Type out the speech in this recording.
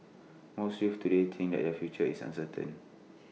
most youths today think that their future is uncertain